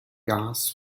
gas